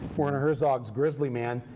werner herzog's grizzly man,